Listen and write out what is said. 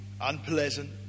unpleasant